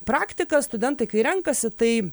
praktiką studentai kai renkasi tai